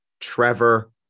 Trevor